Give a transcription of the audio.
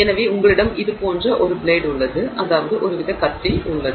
எனவே உங்களிடம் அது போன்ற ஒரு பிளேடு உள்ளது அதாவது ஒருவித கத்தி உள்ளது